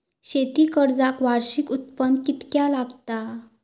शेती कर्जाक वार्षिक उत्पन्न कितक्या लागता?